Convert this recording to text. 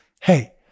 hey